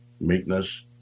meekness